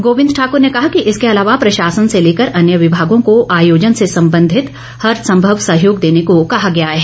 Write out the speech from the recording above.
गोबिंद ठाकर ने कहा कि इसके अलावा प्रशासन से लेकर अन्य विभागों को आयोजन से संबंधित हर संभव सहयोग देने को कहा गया है